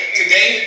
today